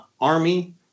army